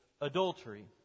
adultery